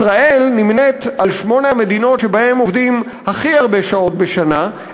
ישראל נמנית עם שמונה המדינות שבהן עובדים הכי הרבה שעות בשנה,